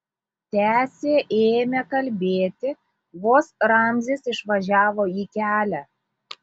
tęsė ėmė kalbėti vos ramzis išvažiavo į kelią